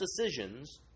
decisions